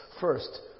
First